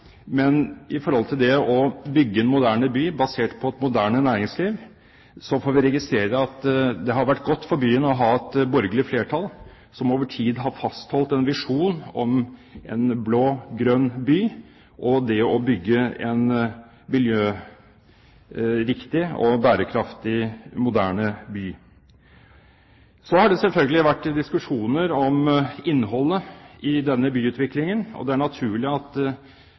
men når det gjelder å bygge en moderne by basert på et moderne næringsliv, får vi registrere at det har vært godt for byen å ha et borgerlig flertall som over tid har fastholdt en visjon om en blågrønn by og det å bygge en miljøriktig og bærekraftig moderne by. Så har det selvfølgelig vært diskusjoner om innholdet i denne byutviklingen, og det er naturlig at